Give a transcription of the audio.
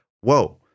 whoa